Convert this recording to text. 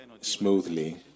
smoothly